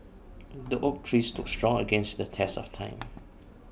the oak tree stood strong against the test of time